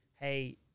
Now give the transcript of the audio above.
hey